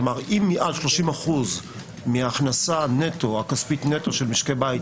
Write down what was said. זאת אומרת אם עד 30% מההכנסה הכספית נטו של משקי בית